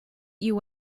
you